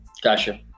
gotcha